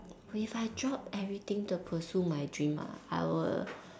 if I drop everything to pursue my dream ah I will